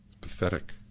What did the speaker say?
Pathetic